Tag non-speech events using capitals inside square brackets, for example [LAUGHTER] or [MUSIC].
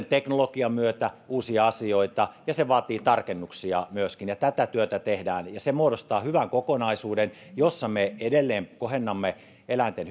[UNINTELLIGIBLE] teknologian myötä uusia asioita ja se vaatii tarkennuksia myöskin ja tätä työtä tehdään se muodostaa hyvän kokonaisuuden jossa me edelleen kohennamme eläinten [UNINTELLIGIBLE]